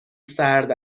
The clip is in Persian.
سرد